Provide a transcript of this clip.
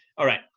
all right,